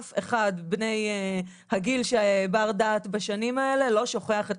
אף אחד מבני הגיל בר הדעת בשנים האלה לא שוכח את